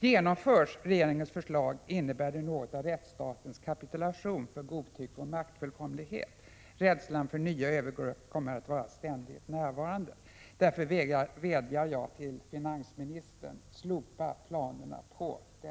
Genomförs regeringens förslag innebär det något av rättsstatens kapitulation för godtycke och maktfullkomlighet. Rädslan för nya övergrepp kommer att vara ständigt närvarande.